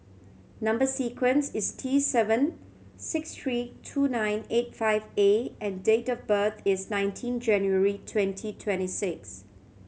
number sequence is T seven six three two nine eight five A and date of birth is nineteen January twenty twenty six